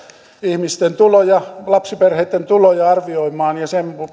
ihmisten tuloja lapsiperheitten tuloja arvioimaan ja sen